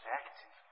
active